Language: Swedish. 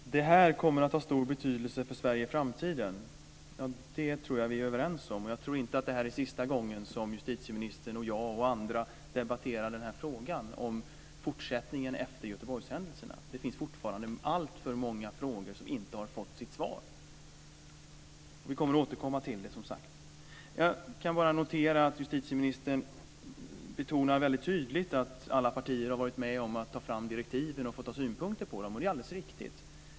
Fru talman! Det här kommer att ha stor betydelse för Sverige i framtiden. Det tror jag att vi är överens om. Jag tror inte att detta är sista gången som justitieministern och jag och andra debatterar frågan om fortsättningen efter Göteborgshändelserna. Det finns fortfarande alltför många frågor som inte har fått sitt svar. Vi kommer att återkomma till dem, som sagt. Jag noterar att justitieministern väldigt tydligt betonar att alla partier har varit med om att ta fram direktiven och fått ha synpunkter på dem, och det är alldeles riktigt.